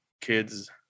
kids